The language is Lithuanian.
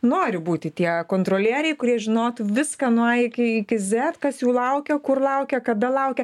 nori būti tie kontrolieriai kurie žinotų viską nuo a iki iki zet kas jų laukia kur laukia kada laukia